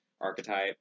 archetype